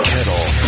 Kettle